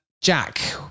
Jack